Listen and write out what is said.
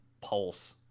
Pulse